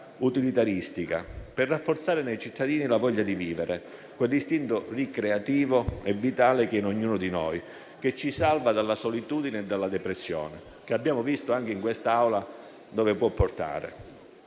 utilitaristica, per rafforzare nei cittadini la voglia di vivere, quell'istinto ricreativo e vitale che è in ognuno di noi, che ci salva dalla solitudine e dalla depressione, che abbiamo visto, anche in questa Aula, dove può portare.